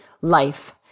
life